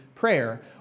prayer